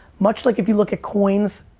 much like if you look at coins,